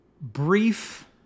brief